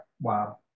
wow